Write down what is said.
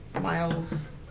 Miles